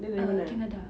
oh canada